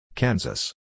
Kansas